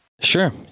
Sure